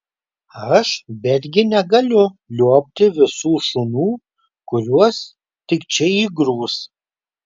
aš betgi negaliu liuobti visų šunų kuriuos tik čia įgrūs